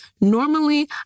Normally